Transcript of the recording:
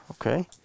okay